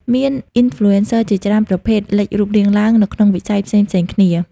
មាន Influencer ជាច្រើនប្រភេទលេចរូបរាងឡើងនៅក្នុងវិស័យផ្សេងៗគ្នា។